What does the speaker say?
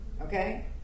okay